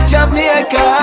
Jamaica